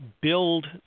build